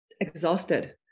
exhausted